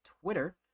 Twitter